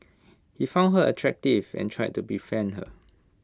he found her attractive and tried to befriend her